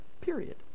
period